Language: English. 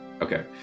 Okay